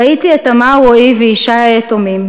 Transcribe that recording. ראיתי את תמר, רועי וישי היתומים,